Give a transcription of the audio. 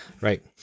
Right